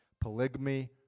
Polygamy